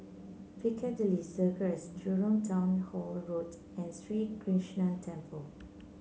Piccadilly Circus Jurong Town Hall Road and Sri Krishnan Temple